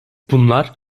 bunlar